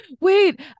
wait